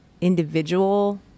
individual